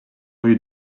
rue